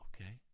Okay